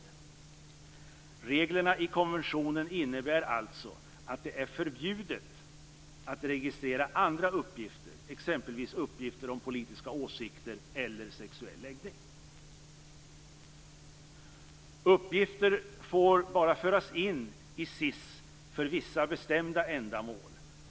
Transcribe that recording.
Reglerna i konventionen innebär alltså att det är förbjudet att registrera andra uppgifter, exempelvis uppgifter om politiska åsikter eller sexuell läggning. Uppgifter får bara föras in i SIS för vissa bestämda ändamål.